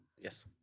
Yes